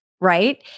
right